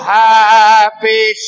happy